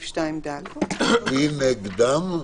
מי נגדן?